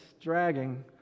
dragging